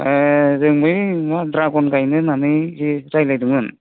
ए जों बै द्रागन गायनो होननानै रायलायदोंमोन